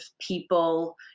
people